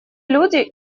люди